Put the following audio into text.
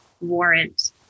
warrant